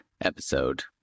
episode